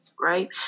Right